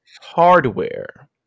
hardware